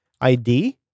ID